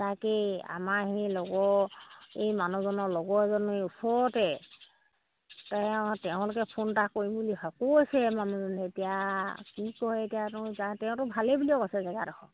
তাকেই আমাৰ সেই লগৰ এই মানুহজনৰ লগৰ এজন এই ওচৰতে তেওঁ তেওঁলোকে ফোন এটা কৰিম বুলি ভ কৈছে মানুহজনে এতিয়া কি কয় এতিয়া তেও যা তেওঁতো ভালেই বুলিয়ে কৈছে জেগাডোখৰ